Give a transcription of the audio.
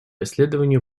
исследованию